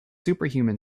superhuman